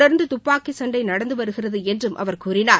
தொடர்ந்து துப்பாக்கி சண்டை நடந்து வருகிறது என்றும் அவர் கூறினார்